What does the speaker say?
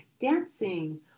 Dancing